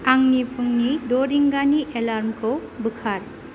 आंनि फुंनि द' रिंगानि एलार्मखौ बोखार